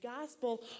gospel